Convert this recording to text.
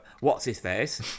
what's-his-face